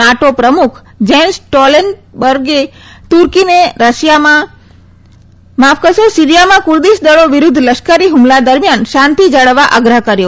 NATO પ્રમુથ Jens સ્ટોલટેનબર્ગે તુર્કીને સીરીયામાં કુર્દીશદળો વિરૂદ્ધ લશ્કરી ફુમલા દરમિયાન શાંતિ જાળવવા આગ્રહ કર્યો